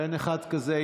אין אחד כזה.